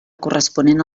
corresponent